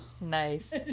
nice